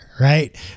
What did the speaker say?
right